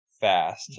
fast